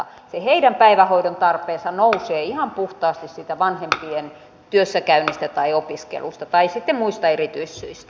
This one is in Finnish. se heidän päivähoidon tarpeensa nousee ihan puhtaasti siitä vanhempien työssäkäynnistä tai opiskelusta tai sitten muista erityissyistä